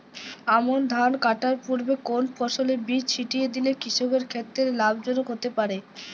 আমন ধান কাটার পূর্বে কোন ফসলের বীজ ছিটিয়ে দিলে কৃষকের ক্ষেত্রে লাভজনক হতে পারে?